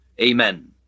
Amen